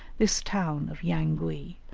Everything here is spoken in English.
this town of yangui,